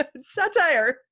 satire